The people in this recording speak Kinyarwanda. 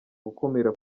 gukumira